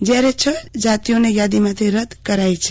જ્યારે છ જાતિઓને યાદીમાંથી રદ કરાઇ છે